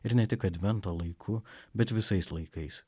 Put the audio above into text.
ir ne tik advento laiku bet visais laikais